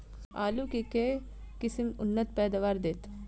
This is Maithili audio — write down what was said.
आलु केँ के किसिम उन्नत पैदावार देत?